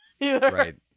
Right